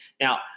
Now